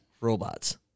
robots